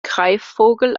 greifvogel